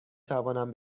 توانم